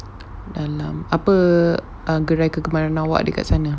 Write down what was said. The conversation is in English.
dalam apa err gerai kegemaran awak dekat sana